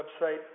website